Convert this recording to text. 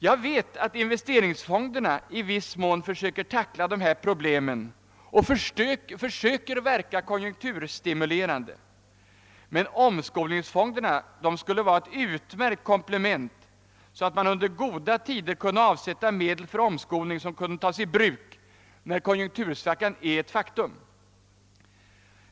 Jag vet att man genom investeringsfonderna i viss mån försöker tackla dessa problem och få till stånd en konjunkturstimulans, men omskolningsfonderna skulle kunna vara ett utmärkt komplement. Under goda tider kunde medel avsättas till omskolning, vilka kunde tas i bruk när konjunktursvackan är ett faktum.